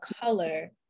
color